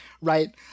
right